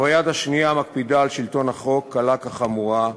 וביד השנייה מקפידה על שלטון החוק, קלה כחמורה,